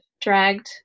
dragged